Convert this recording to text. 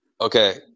Okay